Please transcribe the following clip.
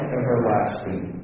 everlasting